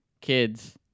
kids